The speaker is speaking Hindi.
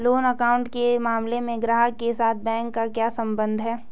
लोन अकाउंट के मामले में ग्राहक के साथ बैंक का क्या संबंध है?